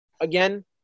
again